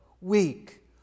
weak